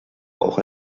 auch